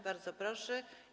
Bardzo proszę.